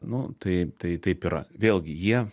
nu tai tai taip yra vėlgi jie